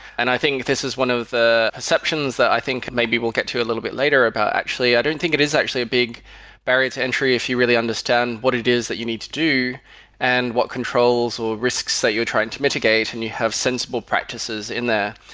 and i think this is one of the perceptions that i think maybe we'll get to a little bit later about actually. i don't and think it is actually a big barrier to entry if you really understand what it is that you need to do and what controls or risks that you are trying to mitigate and you have sensible practices in there,